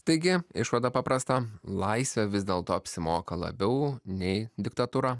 taigi išvada paprasta laisvę vis dėlto apsimoka labiau nei diktatūra